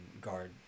guard